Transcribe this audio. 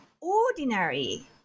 ordinary